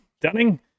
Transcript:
Dunning